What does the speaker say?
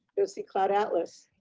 go see cloud atlas.